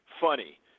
funny